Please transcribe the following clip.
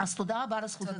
אז תודה רבה על הזכות הזאת.